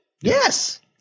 Yes